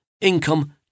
income